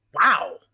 wow